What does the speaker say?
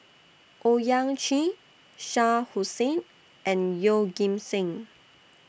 Owyang Chi Shah Hussain and Yeoh Ghim Seng